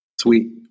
Sweet